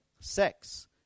sex